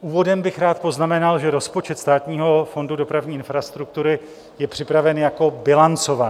Úvodem bych rád poznamenal, že rozpočet Státního fondu dopravní infrastruktury je připraven jako bilancovaný.